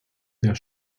der